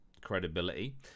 credibility